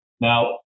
Now